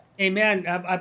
Amen